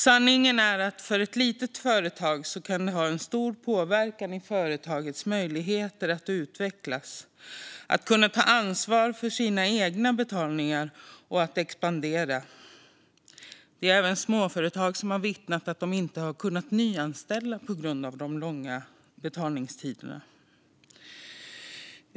Sanningen är att detta för ett litet företag kan ha stor påverkan för dess möjligheter att utvecklas, ta ansvar för sina egna betalningar och expandera. Det finns även småföretag som har vittnat om att de inte har kunnat nyanställa på grund av de långa betalningstiderna.